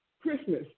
Christmas